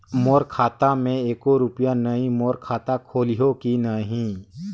मोर खाता मे एको रुपिया नइ, मोर खाता खोलिहो की नहीं?